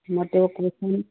মই তেও কৈ চাম